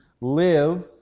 live